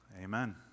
Amen